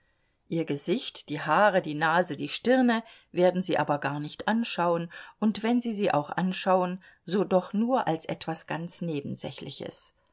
ihr gesicht die haare die nase die stirne werden sie aber gar nicht anschauen und wenn sie sie auch anschauen so doch nur als etwas ganz nebensächliches